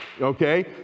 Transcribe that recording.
Okay